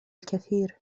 الكثير